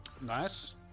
nice